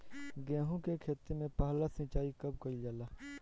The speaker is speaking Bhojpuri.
गेहू के खेती मे पहला सिंचाई कब कईल जाला?